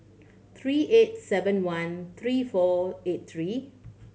three eight seven one three four eight three